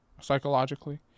psychologically